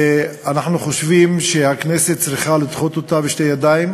ואנחנו חושבים שהכנסת צריכה לדחות אותה בשתי ידיים